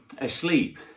asleep